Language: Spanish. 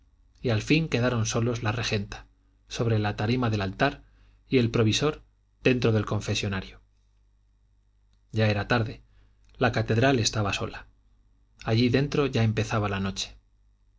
y al fin quedaron solos la regenta sobre la tarima del altar y el provisor dentro del confesonario ya era tarde la catedral estaba sola allí dentro ya empezaba la noche